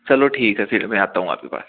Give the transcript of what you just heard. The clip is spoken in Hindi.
चलो ठीक है फिर मैं आता हूँ आपके पास